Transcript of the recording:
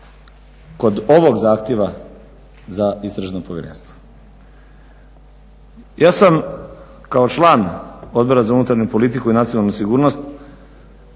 kod ovog zahtjeva za istražno povjerenstvo. Ja sam kao član Odbora za unutarnju politiku i nacionalnu sigurnost